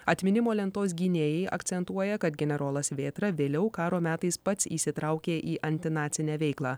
atminimo lentos gynėjai akcentuoja kad generolas vėtra vėliau karo metais pats įsitraukė į antinacinę veiklą